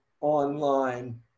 online